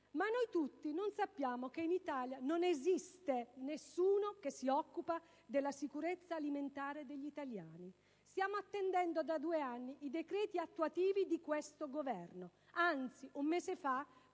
blu, ma non sappiamo che in Italia non esiste nessuno che si occupi della sicurezza alimentare degli italiani. Stiamo attendendo da due anni i decreti attuativi di questo Governo; anzi, un mese fa